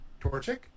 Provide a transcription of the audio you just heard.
Torchic